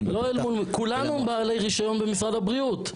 כולנו בעלי רישיון במשרד הבריאות.